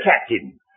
captain